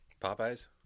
Popeyes